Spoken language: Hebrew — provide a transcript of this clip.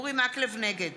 נגד